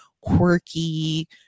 quirky